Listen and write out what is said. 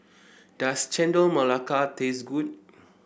does Chendol Melaka taste good